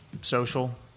social